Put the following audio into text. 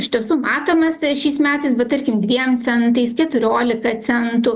iš tiesų matomas šiais metais bet tarkim dviem centais keturiolika centų